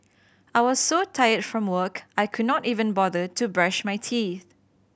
I was so tired from work I could not even bother to brush my teeth